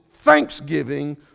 thanksgiving